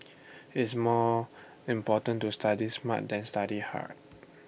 it's more important to study smart than study hard